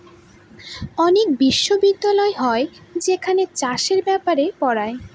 অনেক বিশ্ববিদ্যালয় হয় যেখানে চাষের ব্যাপারে পড়ায়